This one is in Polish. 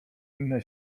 inne